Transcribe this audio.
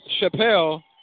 Chappelle